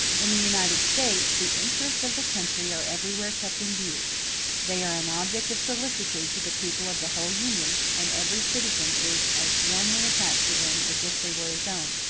in the united states the interests of the country are everywhere kept in view they are an object of solicitude to the people of the whole union, and every citizen is as warmly attached to them as if they were his own.